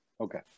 Okay